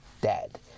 dead